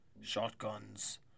shotguns